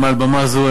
מעל במה זו,